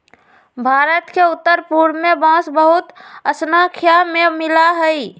भारत के उत्तर पूर्व में बांस बहुत स्नाख्या में मिला हई